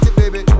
baby